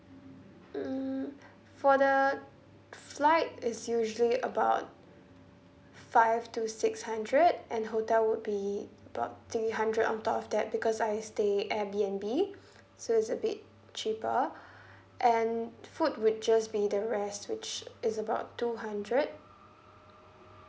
um for the flight it's usually about five to six hundred and hotel would be about three hundred on top of that because I stay at Airbnb so it's a bit cheaper and food would just be the rest which is about two hundred